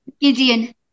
Gideon